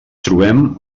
trobem